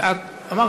ואת, לפני ההצבעה.